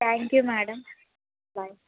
thank you madam bye